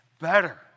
better